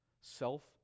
Self